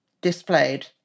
displayed